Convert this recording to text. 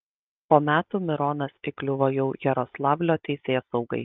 po metų mironas įkliuvo jau jaroslavlio teisėsaugai